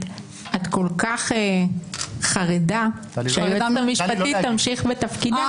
את כל כך חרדה שהיועצת המשפטית תמשיך בתפקידה.